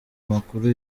amakuru